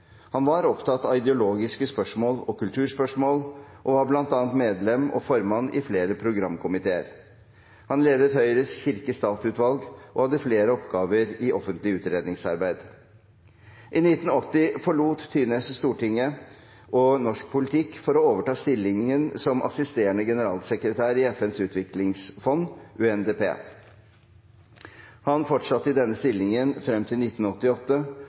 Han var opptatt av ideologiske spørsmål og kulturspørsmål og var bl.a. medlem og formann i flere programkomiteer. Han ledet Høyres kirke/stat-utvalg og hadde flere oppgaver i offentlig utredningsarbeid. I 1980 forlot Thyness Stortinget og norsk politikk for å overta stillingen som assisterende generalsekretær i FNs utviklingsfond, UNDP. Han fortsatte i denne stillingen frem til 1988